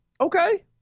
Okay